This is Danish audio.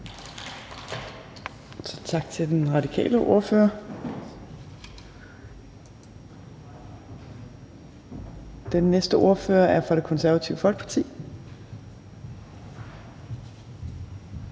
Tak til den radikale ordfører. Den næste ordfører er fra Det Konservative Folkeparti.